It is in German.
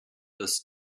dass